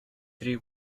three